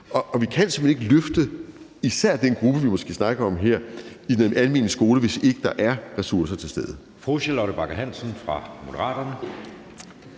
Og vi kan simpelt hen ikke løfte især den gruppe, vi måske snakker om her, i den almene skole, hvis ikke der er ressourcer til stede.